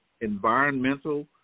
environmental